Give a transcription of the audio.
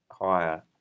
higher